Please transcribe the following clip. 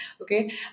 Okay